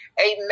Amen